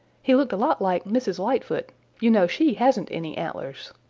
he looked a lot like mrs. lightfoot you know she hasn't any antlers.